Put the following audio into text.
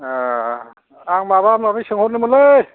आं माबा माबि सोंहरनोमोनलै